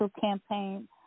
campaign